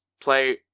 play